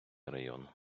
район